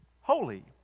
holy